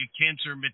cancer